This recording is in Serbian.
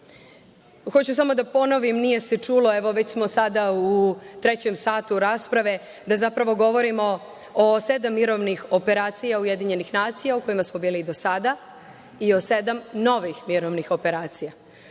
Hoću samo da ponovim, nije se čulo, evo već smo sada u trećem satu rasprave, da zapravo govorimo o sedam mirovnih operacija Ujedinjenih nacija u kojima smo bili i do sada i o sedam novih mirovnih operacija.